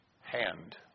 hand